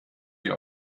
wir